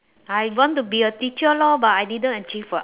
I want to be a teacher lor but I didn't achieve [what]